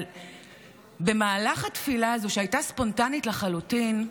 אבל במהלך התפילה הזאת, שהייתה ספונטנית לחלוטין,